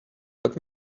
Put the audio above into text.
but